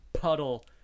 puddle